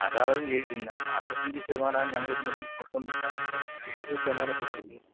അതാ പറഞ്ഞത് അറുപത്തഞ്ച് ശതമാനമാ ഞങ്ങളിൽനിന്നും കൊടുത്തുകൊണ്ടിരുന്നത് എഴുപത് ശതമാനമാ ഇപ്പോൾ കൊടുക്കുന്നത്